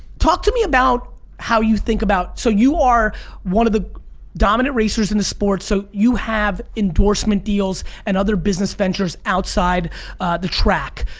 talk to me about how you think about so you are one of the dominant racers in the sport, so you have endorsement deals and other business ventures outside the track.